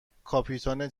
کاپیتان